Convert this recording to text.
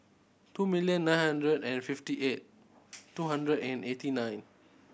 two million nine hundred and fifty eight two hundred and eighty nine